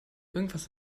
irgendwas